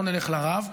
לא נלך לרב.